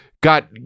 got